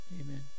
Amen